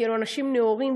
כי אלה אנשים נאורים,